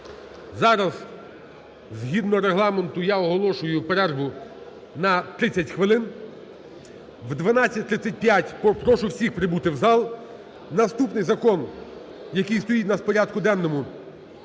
Зараз згідно Регламенту я оголошую перерву на 30 хвилин. О 12:35 прошу всіх прибути в зал. Наступний закон, який стоїть у нас в порядку денному,